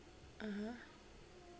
(uh huh)